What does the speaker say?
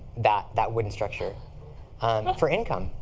that that wooden structure um for income.